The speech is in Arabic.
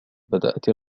بدأت